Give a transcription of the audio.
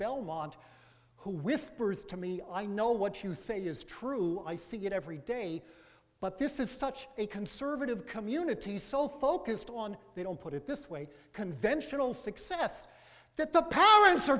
belmont who whispers to me i know what you say is true i see it every day but this is such a conservative community so focused on they don't put it this way conventional success that the parents are